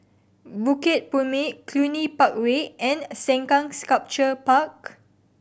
Bukit Purmei Cluny Park Way and Sengkang Sculpture Park